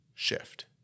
Shift